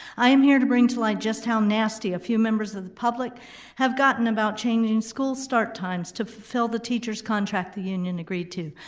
i am here to bring to light just how nasty a few members of the public have gotten about changing school start times to fill the teachers' contract the union agreed to.